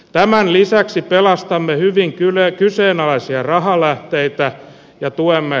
tämän lisäksi pelastamme hyvin kyllä kyseenalaisia rahanlähteitä ja tuemme